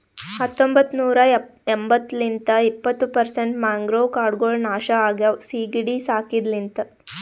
ಹತೊಂಬತ್ತ ನೂರಾ ಎಂಬತ್ತು ಲಿಂತ್ ಇಪ್ಪತ್ತು ಪರ್ಸೆಂಟ್ ಮ್ಯಾಂಗ್ರೋವ್ ಕಾಡ್ಗೊಳ್ ನಾಶ ಆಗ್ಯಾವ ಸೀಗಿಡಿ ಸಾಕಿದ ಲಿಂತ್